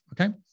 Okay